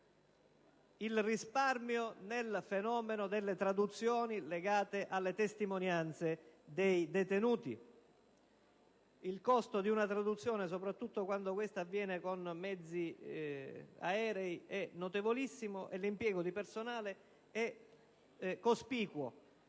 il risparmio nel fenomeno delle traduzioni legate alle testimonianze dei detenuti. Il costo di una traduzione, soprattutto quando questa avviene con mezzi aerei, è notevolissimo e l'impiego di personale è cospicuo.